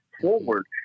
forward